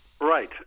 Right